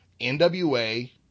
NWA